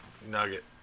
Nugget